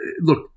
look